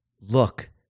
look